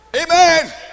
Amen